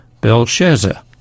Belshazzar